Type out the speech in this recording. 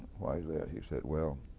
why is that? he said, well,